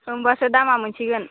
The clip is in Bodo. होमब्लासो दामा मोनसिगोन